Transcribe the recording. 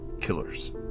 killers